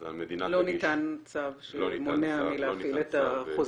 אז המדינה תגיש --- לא ניתן צו שמונע מלהחיל את החוזר?